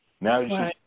Now